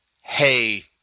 hey